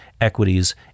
equities